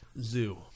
Zoo